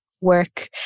work